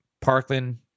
Parkland